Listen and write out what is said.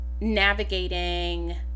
navigating